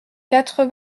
quatre